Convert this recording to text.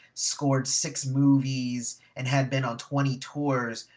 scored six movies, and had been on twenty tours.